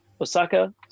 osaka